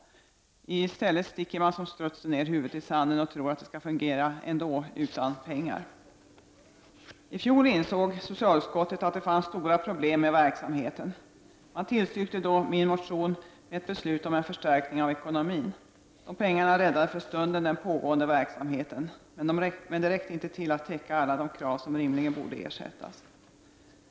I stället sticker man som strutsen ner huvudet i sanden och tror att det skall fungera ändå, utan pengar. I fjol insåg socialutskottet att det fanns stora problem med verksamheten. Man tillstyrkte då min motion med ett beslut om en förstärkning av ekonomin. De pengarna räddade för stunden den pågående verksamheten. Men de räckte inte till för att täcka alla de krav som rimligen borde tillgodoses.